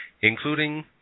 including